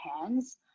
hands